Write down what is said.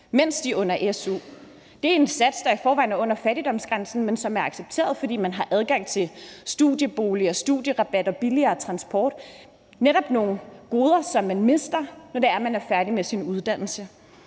mens de er på su. Det er en sats, der i forvejen er under fattigdomsgrænsen, men som er accepteret, fordi man har adgang til studieboliger, studierabatter og billigere transport – netop nogle goder, som man mister, når man er færdig med sin uddannelse.